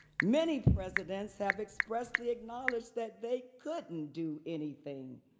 many presidents have expressly acknowledged that they couldn't do anything